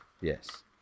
Yes